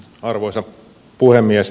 arvoisa puhemies